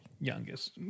youngest